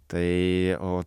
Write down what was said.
tai o